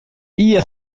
hier